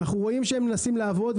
ואנחנו רואים שאתם מנסים לעבוד,